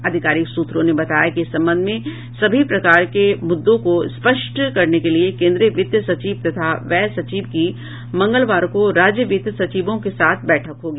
आधिकारिक सूत्रों ने बताया कि इस संबंध में सभी प्रकार के मुद्दों को स्पष्ट करने के लिए केंद्रीय वित्त सचिव तथा व्यय सचिव की मंगलवार को राज्य वित्त सचिवों के साथ बैठक होगी